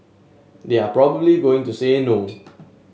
they are probably going to say no